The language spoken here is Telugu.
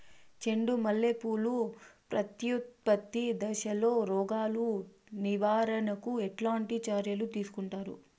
చెండు మల్లె పూలు ప్రత్యుత్పత్తి దశలో రోగాలు నివారణకు ఎట్లాంటి చర్యలు తీసుకుంటారు?